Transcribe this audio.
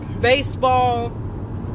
baseball